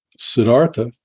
Siddhartha